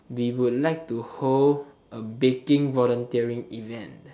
we would like to hold a baking volunteering event